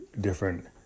different